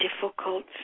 difficult